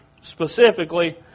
Specifically